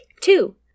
Two